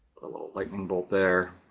a little lightning bolt there.